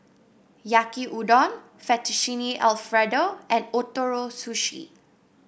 Yaki Udon Fettuccine Alfredo and Ootoro Sushi